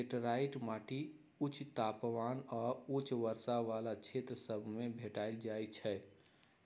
laterite माटि उच्च तापमान आऽ उच्च वर्षा वला क्षेत्र सभ में भेंट जाइ छै